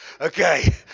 Okay